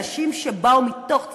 אנשים שבאו מתוך ציונות,